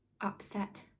upset